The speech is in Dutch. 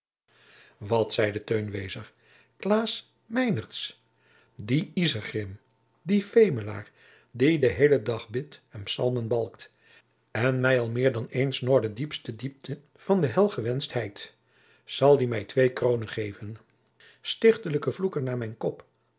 meinertz die isegrim die femelaar die den heelen dag bidt en psalmen balkt en mij al meer dan eens noâr de diepste diepte van de hel ewenscht heit zal die mij twee kroonen geven stichtelijke vloeken naar mijn kop